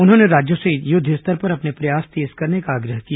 उन्होंने राज्यों से युद्वस्तर पर अपने प्रयास तेज करने का आग्रह किया